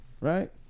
Right